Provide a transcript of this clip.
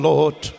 Lord